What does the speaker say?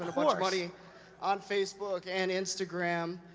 ah but of money on facebook and instagram,